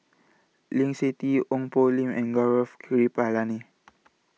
Lee Seng Tee Ong Poh Lim and Gaurav Kripalani